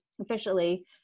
officially